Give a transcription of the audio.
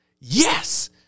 Yes